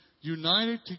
united